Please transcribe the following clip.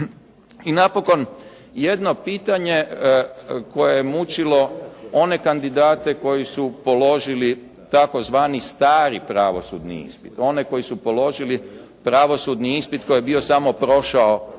I napokon jedno pitanje koje je mučilo one kandidate koji su položili tzv. stari pravosudni ispit, oni koji su položili pravosudni ispit koji je bio samo prošao ili